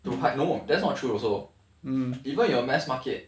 no that's not true also even your mass market